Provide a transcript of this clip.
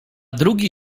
drugi